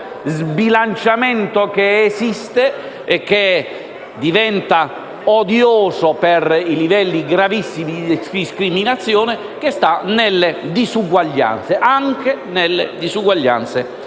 sbilanciamento, che esiste e che diventa odioso per i livelli gravissimi di discriminazione, che sta nelle disuguaglianze